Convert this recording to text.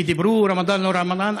כי דיברו, רמדאן לא רמדאן.